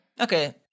Okay